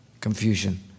Confusion